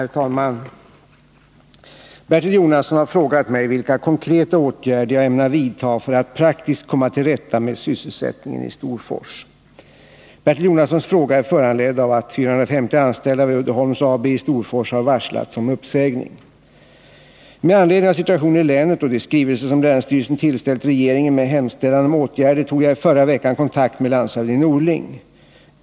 Herr talman! Bertil Jonasson har frågat mig vilka konkreta åtgärder jag ämnar vidta för att praktiskt komma till rätta med sysselsättningen i Storfors. Bertil Jonassons fråga är föranledd av att 450 anställda vid Uddeholms AB i Storfors har varslats om uppsägning. Med anledning av situationen i länet och de skrivelser som länsstyrelsen tillställt regeringen med hemställan om åtgärder tog jag i förra veckan kontakt med landshövding Norling.